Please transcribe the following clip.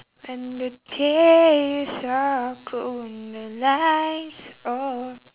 when the days are cold and the lights all